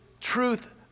truth